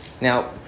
Now